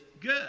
good